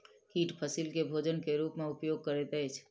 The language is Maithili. कीट फसील के भोजन के रूप में उपयोग करैत अछि